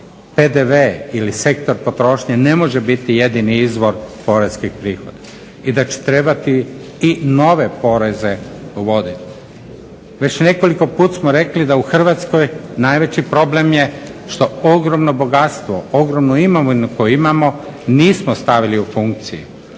PDV ili sektor potrošnje ne može biti jedini izvor poreskih prihoda i da će trebati i nove poreze uvoditi. Već nekoliko puta smo rekli da u Hrvatskoj najveći problem je što ogromno bogatstvo, ogromnu imovinu koju imamo nismo stavili u funkciju.